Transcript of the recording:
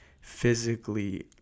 physically